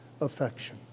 affection